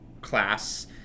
class